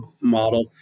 model